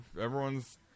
Everyone's